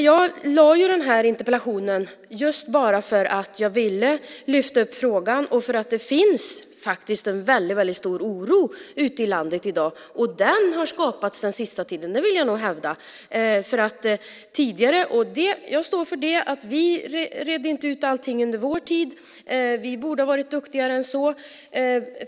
Jag skrev interpellationen just för att jag ville lyfta fram den här frågan och därför att det finns en väldigt stor oro ute i landet i dag, och den har skapats den senaste tiden, vill jag nog hävda. Jag står för att vi inte redde ut allting under vår tid. Vi borde ha varit duktigare än så.